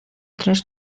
tres